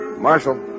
Marshal